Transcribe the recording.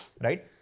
Right